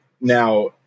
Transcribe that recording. now